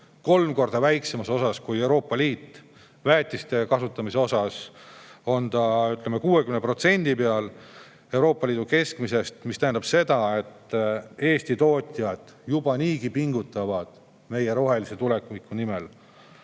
kolm korda vähem kui Euroopa Liit. Väetiste kasutamise poolest oleme me, ütleme, 60% peal Euroopa Liidu keskmisest. See tähendab seda, et Eesti tootjad juba niigi pingutavad meie rohelise tuleviku nimel. Paraku